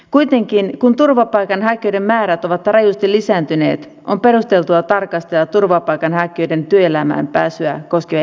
kuitenkin kun turvapaikanhakijoiden määrät ovat rajusti lisääntyneet on perusteltua tarkastella turvapaikanhakijoiden työelämään pääsyä koskevia edellytyksiä